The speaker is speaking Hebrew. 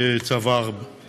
שצבורים